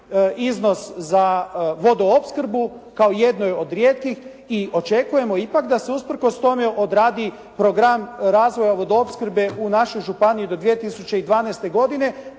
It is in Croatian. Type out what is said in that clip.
iznos za vodoopskrbu kao jednoj od rijetkih i očekujemo ipak da se usprkos tome odradi program razvoja vodoopskrbe u našoj županiji do 2012. godine,